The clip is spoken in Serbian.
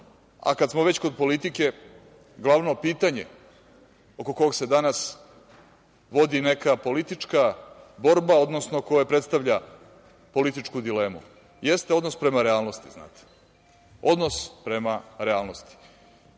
sve. Kada smo već kod politike, glavno pitanje oko koga se danas vodi neka politička borba, odnosno koje predstavlja političku dilemu jeste odnos prema realnosti i to je u stvari